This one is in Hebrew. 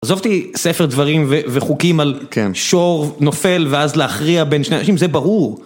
עזובתי ספר דברים וחוקים על שור, נופל, ואז להכריע בין שני אנשים, זה ברור.